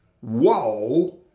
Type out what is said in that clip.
Whoa